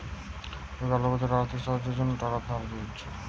বেকার লোকদের আর্থিক সাহায্যের জন্য টাকা ধার দিতেছে